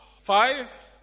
Five